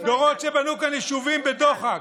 דורות שבנו כאן יישובים בדוחק,